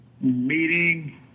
meeting